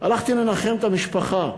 הלכתי לנחם את המשפחה,